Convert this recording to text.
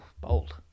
Bold